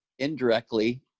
Indirectly